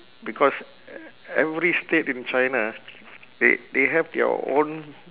because e~ every state in china they they have their own